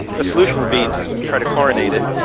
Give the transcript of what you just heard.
the solution would be to try to chlorinate it.